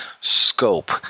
scope